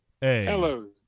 Hello